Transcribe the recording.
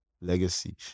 legacy